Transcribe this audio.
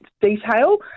detail